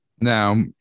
Now